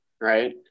right